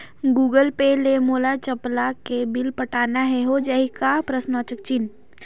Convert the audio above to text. Google Pay ले मोल चपला के बिल पटाना हे, हो जाही का?